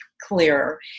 clearer